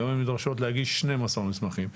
היום הן נדרשות להגיש 12 מסמכים.